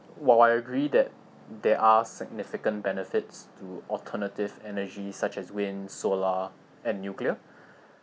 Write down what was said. while I agree that there are significant benefits to alternative energy such as wind solar and nuclear